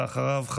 ואחריו,